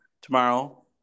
tomorrow